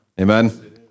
Amen